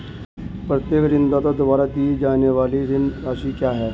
प्रत्येक ऋणदाता द्वारा दी जाने वाली ऋण राशि क्या है?